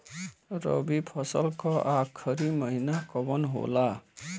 रवि फसल क आखरी महीना कवन होला?